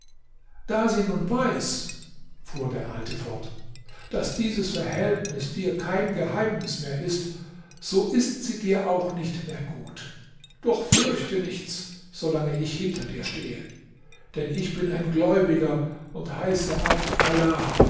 da sie nun weiß fuhr der alte fort daß dieses verhältnis dir kein geheimnis mehr ist so ist sie dir auch nicht mehr gut doch fürchte nichts solange ich hinter dir stehe denn ich bin ein gläubiger und heiße abd allah